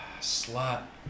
slot